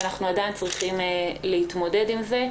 אנחנו עדיין צריכים להתמודד עם זה.